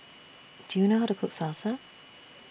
Do YOU know How to Cook Salsa